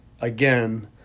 again